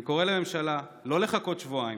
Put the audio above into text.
אני קורא לממשלה לא לחכות שבועיים,